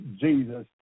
Jesus